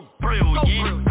brilliant